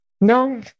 No